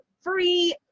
free